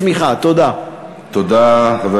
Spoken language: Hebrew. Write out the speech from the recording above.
יש כאן חוסר חיזוי,